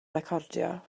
recordio